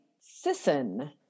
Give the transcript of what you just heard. Sisson